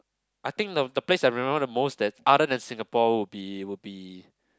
I think the the place I remember the most that other than Singapore would be would be